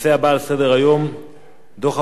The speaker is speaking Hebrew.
דוח הוועדה בראשות אדמונד לוי,